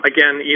Again